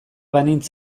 banintz